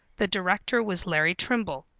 the director was larry trimble.